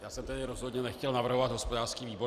Já jsem tedy rozhodně nechtěl navrhovat hospodářský výbor.